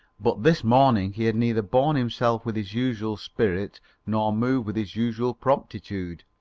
but this morning he had neither borne himself with his usual spirit nor moved with his usual promptitude.